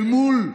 אל מול,